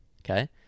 Okay